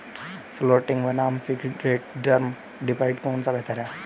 Floating बनाम fixed rate term deposit कौन सा बेहतर है?